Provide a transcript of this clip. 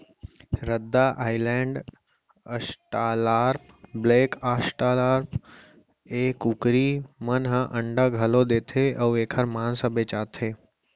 रद्दा Island, Australorp, black Australorp ए कुकरी मन ह अंडा घलौ देथे अउ एकर मांस ह बेचाथे